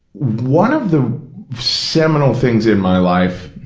one of the seminal things in my life,